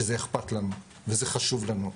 שזה אכפת לנו וזה חשוב לנו.